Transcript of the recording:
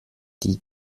die